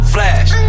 Flash